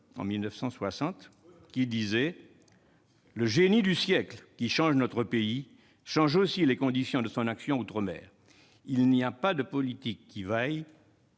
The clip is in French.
en 1960 :« Tandis que le génie du siècle change notre pays, il change aussi les conditions de son action outre-mer. [...] Il n'y a pas de politique qui vaille